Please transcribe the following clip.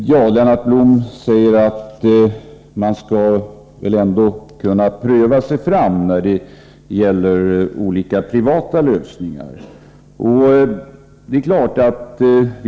Fru talman! Lennart Blom säger att man skall kunna pröva sig fram när det gäller olika privata lösningar.